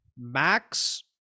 max